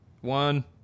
One